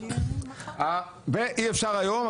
ואי-אפשר היום,